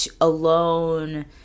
alone